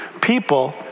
people